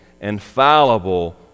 infallible